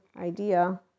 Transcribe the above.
idea